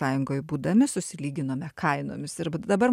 sąjungoj būdami susilyginome kainomis ir dabar